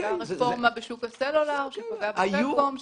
כמו הרפורמה בשוק הסלולר שפגעה בסלקום,